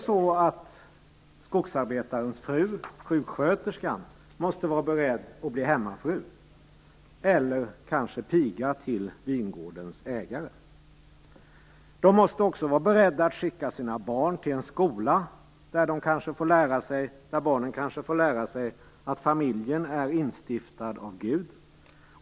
Skogsarbetarens fru, sjuksköterskan, måste också bara beredd att bli hemmafru eller kanske piga till vingårdens ägare. De måste också vara beredda att skicka sina barn till en skola där barnen kanske får lära sig att familjen är instiftad av Gud.